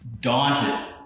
Daunted